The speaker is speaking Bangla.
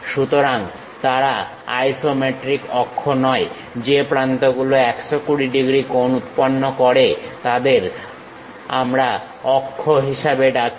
সুতরাং তারা আইসোমেট্রিক অক্ষ নয় যে প্রান্তগুলো 120 ডিগ্রী কোণ উৎপন্ন করে আমরা তাদের অক্ষ হিসাবে ডাকি